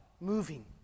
moving